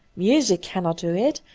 music cannot do it,